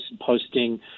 posting